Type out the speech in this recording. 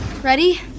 Ready